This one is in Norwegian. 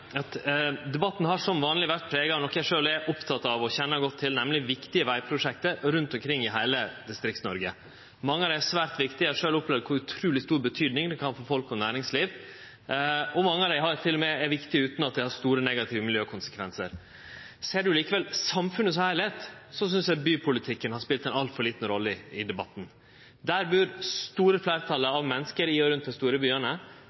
at debatten som vanleg har vore prega av noko eg sjølv er oppteken av og kjenner godt til, nemleg viktige vegprosjekt rundt omkring i heile Distrikts-Noreg. Mange av dei er svært viktige. Eg har sjølv opplevd kor utruleg stor betydning det kan ha for folk og næringsliv, og mange av dei er viktige utan at dei har store negative miljøkonsekvensar. Ser ein likevel samfunnet i det heile, synest eg bypolitikken har spela ei altfor lita rolle i debatten. Der bur det store fleirtalet av menneske, i og rundt dei store byane.